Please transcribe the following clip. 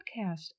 podcast